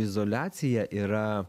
izoliacija yra